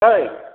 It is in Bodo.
ओइ